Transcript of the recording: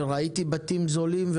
וראיתי בתים זולים,